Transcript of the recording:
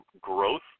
growth